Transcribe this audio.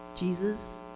Jesus